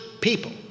people